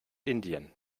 indien